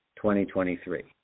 2023